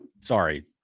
sorry